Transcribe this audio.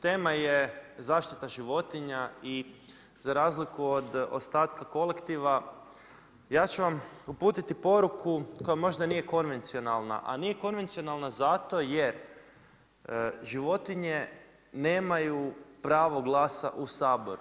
Tema je zaštita životinja i za razliku od ostatka kolektiva, ja ću vam uputiti poruku koja možda nije konvencionalna a nije konvencionalna zato jer životinje nemaju pravo glasa u Saboru.